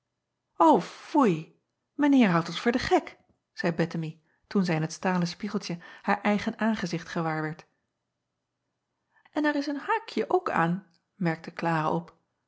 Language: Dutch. mijn eer houdt ons voor den gek zeî ettemie toen zij in het stalen spiegeltje haar eigen aangezicht gewaarwerd n er is een haakje ook aan merkte lara op